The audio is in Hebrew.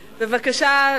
בבקשה.